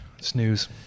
Snooze